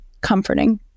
comforting